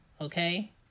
Okay